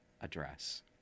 address